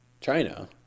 China